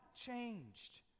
changed